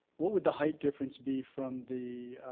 what would the height difference be from the